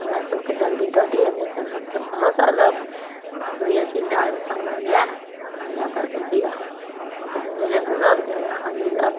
हमरा सबके जल्दी दअ दिअ नहि तऽ हमसब कहाँसँ आनब हमरा दुइये तीन टा ओइमे सामान हइ तऽ हमरा लअ कऽ दअ दिअ हम कहाँ अहाँके ढूँढ़ने घूरब जे हमरा अहाँ मिलब